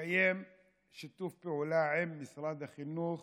מתקיים שיתוף פעולה עם משרד החינוך